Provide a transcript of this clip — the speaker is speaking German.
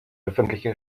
öffentliche